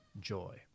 joy